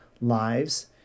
lives